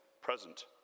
present